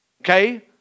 Okay